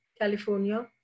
California